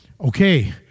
okay